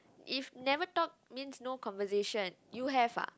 if never talk means no conversation you have ah